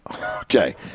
Okay